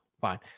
fine